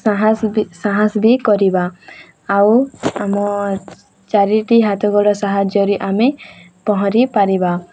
ସାହସ ବି ସାହସ ବି କରିବା ଆଉ ଆମ ଚାରିଟି ହାତ ଗୋଡ଼ ସାହାଯ୍ୟରେ ଆମେ ପହଁରି ପାରିବା